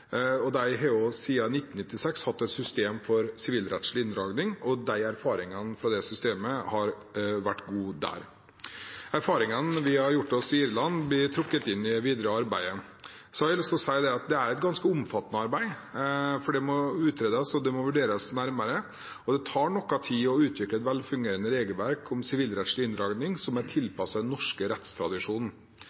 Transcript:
De har siden 1996 hatt et system for sivilrettslig inndragning. Erfaringene fra det systemet har vært gode der. Erfaringene vi har gjort oss i Irland, blir trukket inn i det videre arbeidet. Så har jeg lyst til å si at det er et ganske omfattende arbeid. Det må utredes og vurderes nærmere. Det tar noe tid å utvikle et velfungerende regelverk om sivilrettslig inndragning som er tilpasset den norske rettstradisjonen.